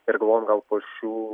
ir galvojam gal po šių